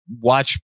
watch